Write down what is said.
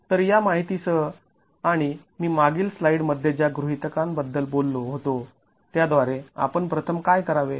तर या माहितीसह आणि मी मागील स्लाईड मध्ये जा गृहीतकांबद्दल बोललो होतो त्याद्वारे आपण प्रथम काय करावे